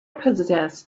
possess